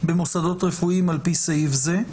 במוסדות רפואיים על פי סעיף זה.